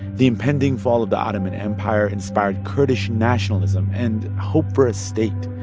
the impending fall of the ottoman empire inspired kurdish nationalism and hope for a state.